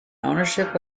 ownership